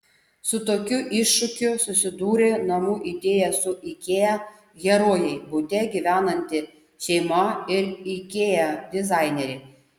su tokiu iššūkiu susidūrė namų idėja su ikea herojai bute gyvenanti šeima ir ikea dizainerė